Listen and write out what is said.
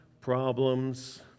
problems